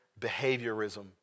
behaviorism